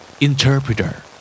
Interpreter